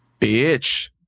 bitch